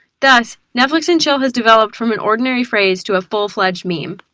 thus, netflix and chill has developed from an ordinary phrase to a full-fledged meme.